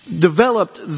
developed